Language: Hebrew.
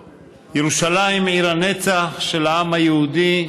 ירושלים, עיר הנצח של העם היהודי,